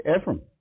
Ephraim